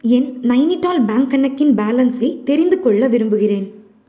என் Nainital bank கணக்கின் பேலன்ஸை தெரிந்துக்கொள்ள விரும்புகிறேன்